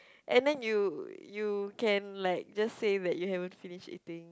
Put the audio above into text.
and then you you can like just say that you haven't finish eating